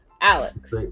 Alex